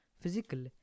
physical